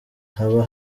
haba